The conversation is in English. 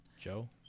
Joe